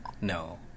no